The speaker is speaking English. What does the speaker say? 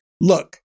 Look